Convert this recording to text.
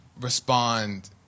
respond